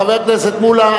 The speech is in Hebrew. חבר הכנסת מולה,